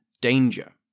danger